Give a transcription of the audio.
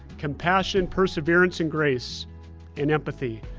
compassion, perseverance, and grace and empathy.